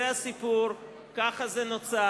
זה הסיפור, כך זה נוצר,